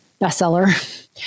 bestseller